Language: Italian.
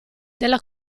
della